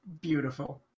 Beautiful